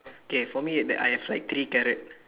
okay for me that I have like three carrot